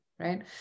Right